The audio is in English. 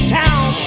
town